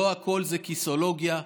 לא הכול זה כיסאולוגיה.